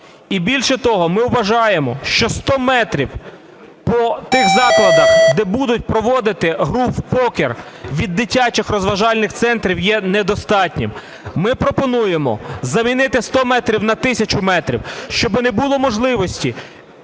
І більше того, ми вважаємо, що 100 метрів по тих закладах, де будуть проводити гру в покер від дитячих розважальних центрів є недостатнім. Ми пропонуємо замінити 100 метрів на 1 тисячу метрів, щоби не було можливості